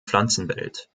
pflanzenwelt